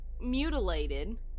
mutilated